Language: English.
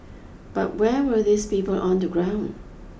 but where were these people on the ground